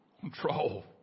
control